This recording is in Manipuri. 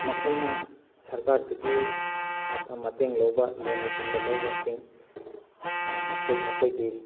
ꯃꯈꯣꯏꯅ ꯁꯔꯀꯥꯔꯗꯒꯤ ꯃꯇꯦꯡ ꯂꯧꯕ ꯂꯣꯟꯅꯆꯤꯡꯕ ꯂꯧꯕꯁꯤꯡ ꯃꯈꯣꯏ ꯃꯈꯣꯏꯒꯤ